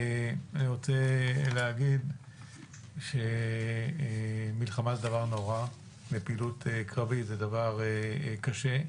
אני רוצה להגיד שמלחמה זה דבר נורא ופעילות קרבית זה דבר קשה.